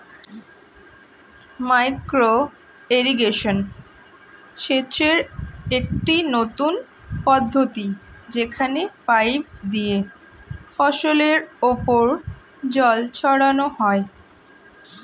micro irrigation সেচের একটি নতুন পদ্ধতি যেখানে পাইপ দিয়ে ফসলের উপর জল ছড়ানো হয়